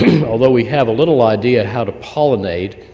although, we have a little idea how to pollinate.